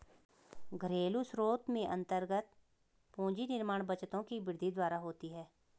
घरेलू स्रोत में अन्तर्गत पूंजी निर्माण बचतों की वृद्धि द्वारा होती है